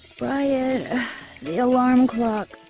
riot the alarm clock